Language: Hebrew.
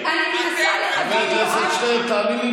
תאמין לי,